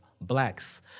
blacks